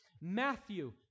Matthew